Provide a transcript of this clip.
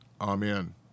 Amen